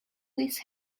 this